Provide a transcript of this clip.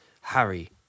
Harry